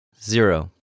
Zero